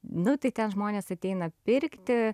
nu tai ten žmonės ateina pirkti